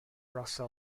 rosa